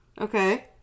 Okay